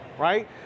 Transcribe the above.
Right